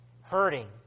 Hurting